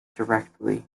directly